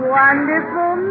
wonderful